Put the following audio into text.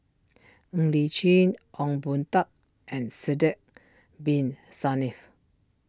Ng Li Chin Ong Boon Tat and Sidek Bin Saniff